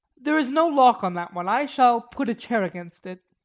there is no lock on that one. i shall put a chair against it.